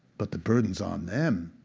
but the burden is on them.